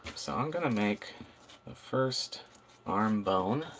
so i'm going to make the first arm bone